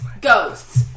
ghosts